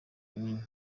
runini